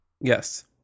Yes